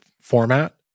format